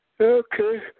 Okay